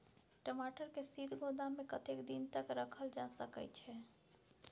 टमाटर के शीत गोदाम में कतेक दिन तक रखल जा सकय छैय?